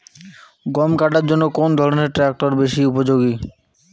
গম কাটার জন্য কোন ধরণের ট্রাক্টর বেশি উপযোগী?